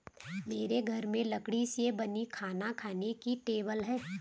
मेरे घर पर लकड़ी से बनी खाना खाने की टेबल है